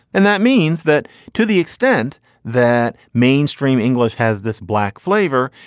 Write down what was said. and that means that to the extent that mainstream english has this black flavor,